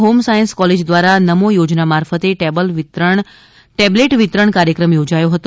home science college દ્વારા નમો યોજના મારફતે ટેબલેટ વિતરણ કાર્યક્રમ યોજાયો હતો